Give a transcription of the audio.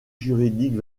juridiques